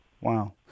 Wow